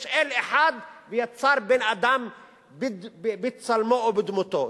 יש אל אחד והוא יצר בן-אדם בצלמו ובדמותו.